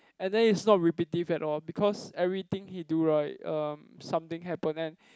and then is not repetitive at all because everything he do right um something happen and